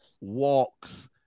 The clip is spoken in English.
walks